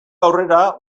aurrera